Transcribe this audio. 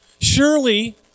Surely